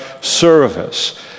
service